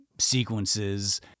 sequences